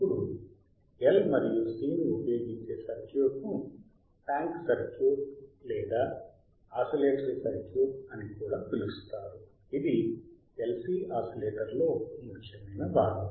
ఇప్పుడు L మరియు C ని ఉపయోగించే సర్క్యూట్ను ట్యాంక్ సర్క్యూట్ లేదా ఆసిలేటరీ సర్క్యూట్ అని కూడా పిలుస్తారు ఇది LC ఆసిలేటర్లో ముఖ్యమైన భాగం